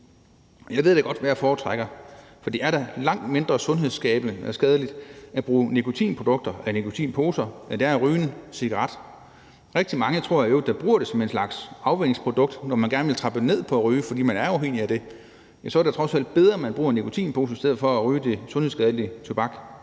Jeg ved da godt, hvad jeg foretrækker, for det er da langt mindre sundhedsskadeligt at bruge nikotinprodukter, bl.a. nikotinposer, end det er at ryge en cigaret. Jeg tror i øvrigt, at der er rigtig mange, der bruger det som en slags afvænningsprodukt, når man gerne vil trappe ned på at ryge, fordi man er afhængig af det. Så er det trods alt bedre at bruge nikotinposer end at ryge det sundhedsskadelige tobak.